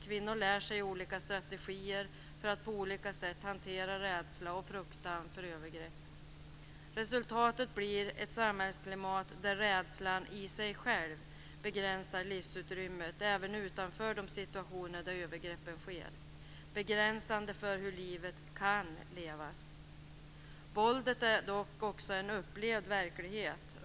Kvinnor lär sig olika strategier för att på olika sätt hantera rädsla och fruktan för övergrepp. Resultatet blir ett samhällsklimat där rädslan i sig själv begränsar livsutrymmet även utanför de situationer där övergreppen sker. Det blir begränsande för hur livet kan levas. Våldet är dock också en upplevd verklighet.